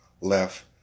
left